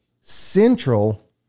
central